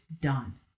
done